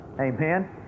Amen